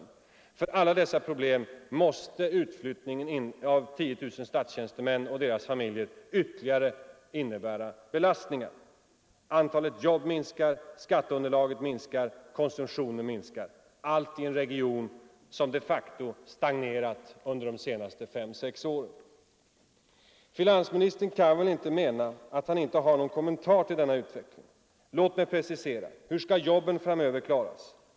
När det gäller alla dessa problem måste utflyttningen av 10 000 statstjänstemän och deras familjer innebära ytterligare belastningar. Antalet jobb minskar, skatteunderlaget minskar, konsumtionen minskar — allt 7n i en region som de facto stagnerat under de senaste fem sex åren. Finansministern kan väl inte mena att han inte har någon kommentar till denna utveckling. Låt mig precisera: Hur skall jobben framöver klaras?